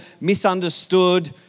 misunderstood